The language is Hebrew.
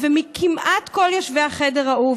כמעט כל יושבי החדר ההוא,